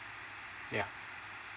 yeah